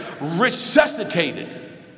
resuscitated